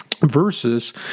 versus